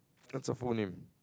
that's her full name